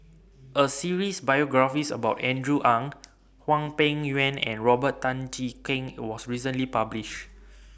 A series biographies about Andrew Ang Hwang Peng Yuan and Robert Tan Jee Keng was recently published